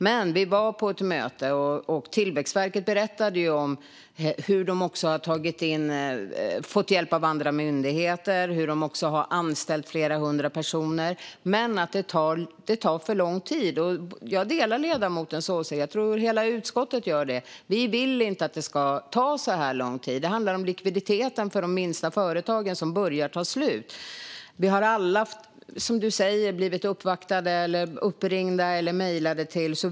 Men vi var på ett möte, och Tillväxtverket berättade om hur man har fått hjälp av andra myndigheter och hur man har anställt flera hundra personer. Det tar dock för lång tid. Jag delar ledamotens åsikt - jag tror att hela utskottet gör det. Vi vill inte att det ska ta så här lång tid. Det handlar om likviditeten för de minsta företagen, och den börjar ta slut. Som du säger har vi alla blivit uppvaktade eller uppringda eller fått mejl.